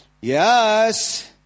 Yes